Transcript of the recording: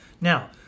Now